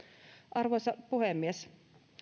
arvoisa puhemies